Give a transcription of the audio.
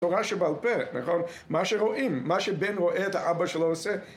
תורה שבעל פה, מה שרואים, מה שבן רואה את האבא שלו עושה